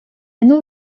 non